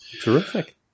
Terrific